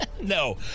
No